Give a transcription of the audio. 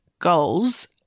Goals